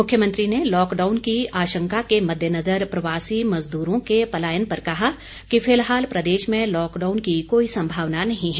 मुख्यमंत्री ने लॉकडाउन की आशंका के मद्देनज़र प्रवासी मज़दूरों के पलायन पर कहा कि फिलहाल प्रदेश में लॉकडाउन की कोई संभावना नहीं है